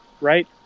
right